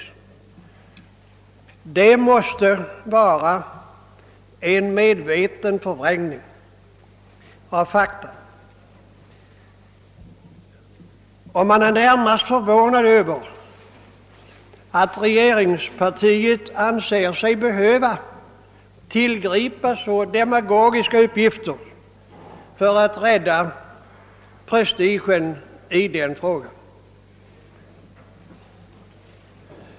Det måste vara en medveten förvrängning av fakta. Man är närmast förvånad över att regeringspartiet anser sig behöva tillgripa så demagogiska uppgifter för att rädda prestigen i den frågan.